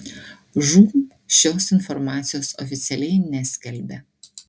žūm šios informacijos oficialiai neskelbia